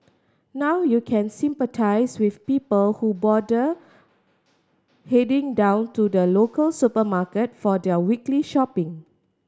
now you can sympathise with people who bother heading down to the local supermarket for their weekly shopping